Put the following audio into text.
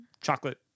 chocolate